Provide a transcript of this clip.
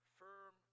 firm